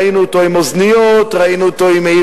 ראינו אותו עם אוזניות,